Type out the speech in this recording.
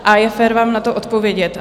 A je fér vám na to odpovědět.